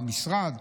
במשרד,